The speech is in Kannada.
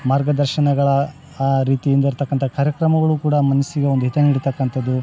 ಮಾರ್ಗದರ್ಶನಗಳ ಆ ರೀತಿಯಿಂದ ಇರ್ತಕ್ಕಂಥ ಕಾರ್ಯಕ್ರಮಗಳು ಕೂಡ ಮನಸ್ಸಿಗೆ ಒಂದು ಹಿತ ನೀಡ್ತಕ್ಕಂಥದ್ದು